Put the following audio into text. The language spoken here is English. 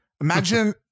Imagine